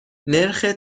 نرخ